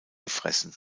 gefressen